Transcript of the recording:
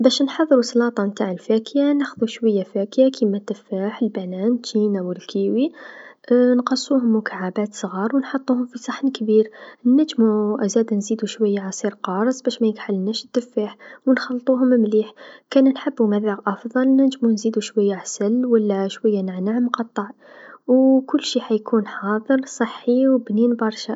باش نحضرو صلاطه نتع الفاكيا، ناخذو شويا فاكيا كيما التفاح البانان التشينا و الكيوي نقصوهم مكعبات صغار و نحطوهم في صحن كبير، نجمو زادا نزيدو شويا عصير قارص باش ميكحالناش التفاح و نخلطوهم مليح، كان نحبو مذاق أفضل نجمو نزيدو شويا عسل و لا شويا نعناع مقطع و كل شي حا يكون حاضر صحي و بنين برشا.